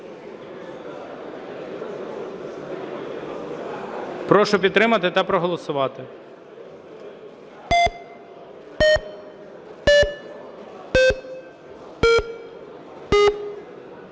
Прошу підтримати та проголосувати.